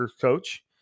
coach